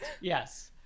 Yes